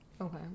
Okay